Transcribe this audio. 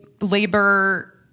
labor